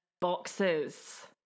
boxes